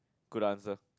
good answer